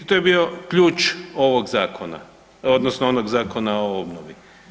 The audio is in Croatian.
To je bio ključ ovoga zakona odnosno onoga Zakona o obnovi.